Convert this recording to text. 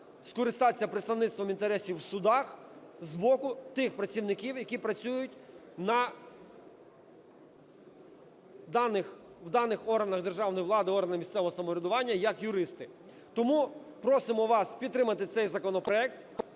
скористатися представництвом інтересів у судах з боку тих працівників, які працюють в даних органах державної влади, органах місцевого врядування як юристи. Тому просимо вас підтримати цей законопроект